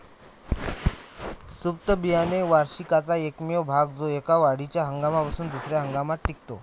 सुप्त बियाणे वार्षिकाचा एकमेव भाग जो एका वाढीच्या हंगामापासून दुसर्या हंगामात टिकतो